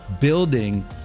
building